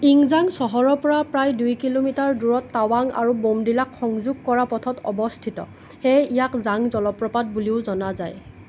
ইংজাং চহৰৰ পৰা প্ৰায় দুই কিল'মিটাৰ দূৰত টাৱাং আৰু ব'মডিলাক সংযোগ কৰা পথত অৱস্থিত সেয়েহে ইয়াক জাং জলপ্ৰপাত বুলিও জনা যায়